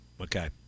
Okay